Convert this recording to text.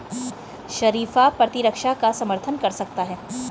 शरीफा प्रतिरक्षा का समर्थन कर सकता है